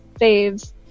faves